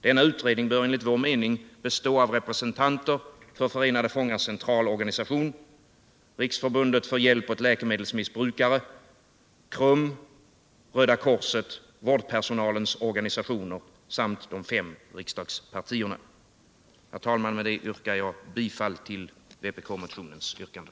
Denna utredning bör enligt vår mening bestå av representanter för Förenade fångars centralorganisation, Riksförbundet för hjälp åt läkemedelsmissbrukare, KRUM, Röda korset, vårdpersonalens organisationer samt de sex riksdagspartierna. Herr talman! Med detta yrkar jag bifall till vpk-motionens yrkanden.